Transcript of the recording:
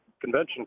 Convention